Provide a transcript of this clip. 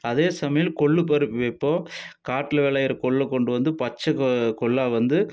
அதே சமையல் கொள்ளு பருப்பு வைப்போம் காட்டில் விளையிற கொள்ளை கொண்டு வந்து பச்சை கொ கொள்ளை வந்து